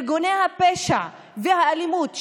ארגוני הפשע והאלימות,